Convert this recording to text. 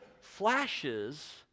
flashes